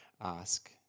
Ask